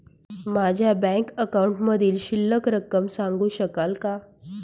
माझ्या बँक अकाउंटमधील शिल्लक रक्कम सांगू शकाल का?